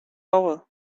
over